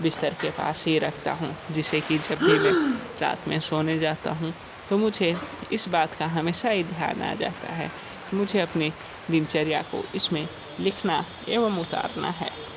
बिस्तर के पास ही रखता हूँ जिससे की जब भी मैं रात में सोने जाता हूँ तो मुझे इस बात का हमेशा ही ध्यान आ जाता हैं कि मुझे अपनी दिनचर्या को इसमें लिखना एवं उतरना है